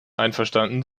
einverstanden